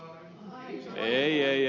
ei ei ei